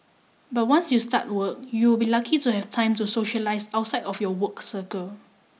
but once you start work you'll be lucky to have time to socialise outside of your work circle